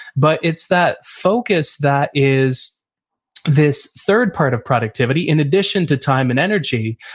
but it's that focus that is this third part of productivity, in addition to time and energy,